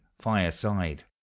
fireside